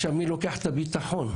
מי לוקח את הביטחון?